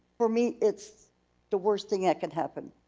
for me, it's the worst thing that can happen.